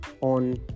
on